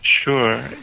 Sure